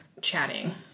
chatting